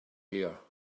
here